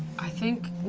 i think,